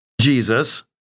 Jesus